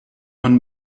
man